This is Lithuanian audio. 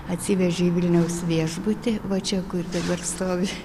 atsivežė į vilniaus viešbutį va čia kur dabar stovi